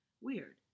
Weird